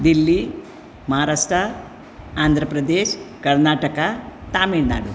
Delhi Maharashtra Andhra Pradesh Karnataka Tamil Nadu